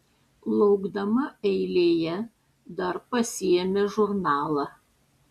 laukdama eilėje dar pasiėmė žurnalą